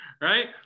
right